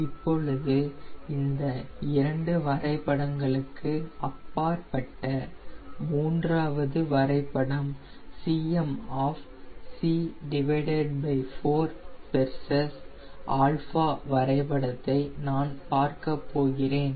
இப்பொழுது இந்த இரண்டு வரைபடங்களுக்கு அப்பாற்பட்ட மூன்றாவது வரைபடம் c4 வெர்சஸ் 𝛼 வரைபடத்தை நான் பார்க்கப் போகிறேன்